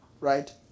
right